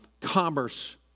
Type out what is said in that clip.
commerce